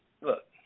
look